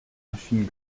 machine